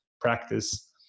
practice